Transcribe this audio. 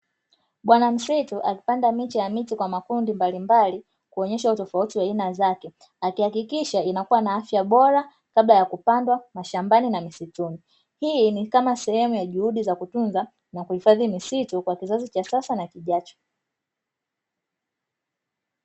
Bwana misitu akipanga miche ya miti kwa makundi mbalimbali kuonyesha utofauti wa aina zake, akihakikisha inakuwa na afya bora kabla ya kupandwa mashambani na misituni, hii ni kama sehemu ya juhudi za kutunza na kuhifadhi misitu kwa kizazi cha sasa na kijacho.